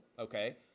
okay